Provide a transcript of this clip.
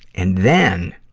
and then,